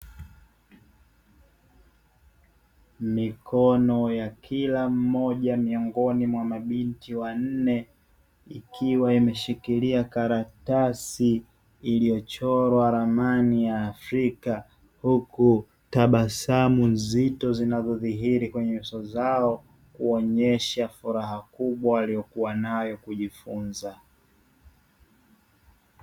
Mikono ya kila mmoja miongoni mwa mabinti wanne ikiwa imeshikilia karatasi iliyochorwa ramani ya Afrika, huku tabasamu nzito zinazodhihiri kwenye uso zao kuonyesha furaha kubwa aliyokuwa nayo kujifunza.